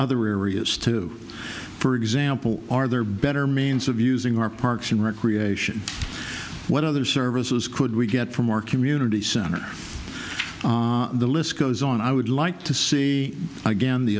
other areas too for example are there better means of using our parks and recreation what other services could we get from our community center the list goes on i would like to see again the